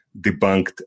debunked